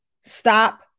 Stop